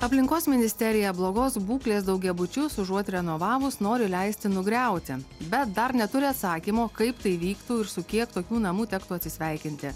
aplinkos ministerija blogos būklės daugiabučius užuot renovavus nori leisti nugriauti bet dar neturi atsakymo kaip tai vyktų ir su kiek tokių namų tektų atsisveikinti